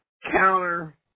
Counter